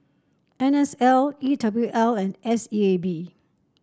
N S L E W L and S E A B